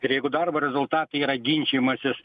ir jeigu darbo rezultatai yra ginčijimasis